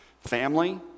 family